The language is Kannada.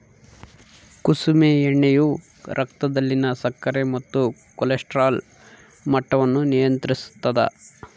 ಕುಸುಮೆ ಎಣ್ಣೆಯು ರಕ್ತದಲ್ಲಿನ ಸಕ್ಕರೆ ಮತ್ತು ಕೊಲೆಸ್ಟ್ರಾಲ್ ಮಟ್ಟವನ್ನು ನಿಯಂತ್ರಿಸುತ್ತದ